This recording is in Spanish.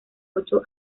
ocho